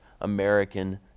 American